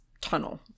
tunnel